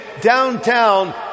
downtown